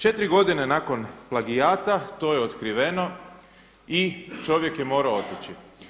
Četiri godine nakon plagijata to je otkriveno i čovjek je morao otići.